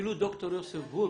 אפילו ד"ר יוסף בורג,